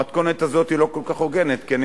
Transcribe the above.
המתכונת הזאת לא כל כך הוגנת כי אני